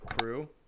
crew